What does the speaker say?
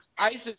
Isis